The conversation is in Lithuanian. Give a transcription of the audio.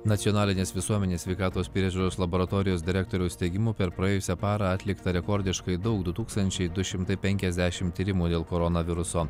nacionalinės visuomenės sveikatos priežiūros laboratorijos direktoriaus teigimu per praėjusią parą atlikta rekordiškai daug du tūkstančiai du šimtai penkiasdešimt tyrimų dėl koronaviruso